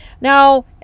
Now